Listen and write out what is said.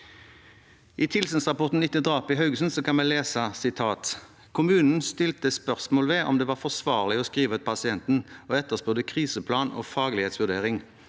I tilsynsrapporten etter drapet i Haugesund kan vi lese at kommunen stilte spørsmål ved om det var forsvarlig å skrive ut pasienten, og etterspurte kriseplan og faglighetsvurdering.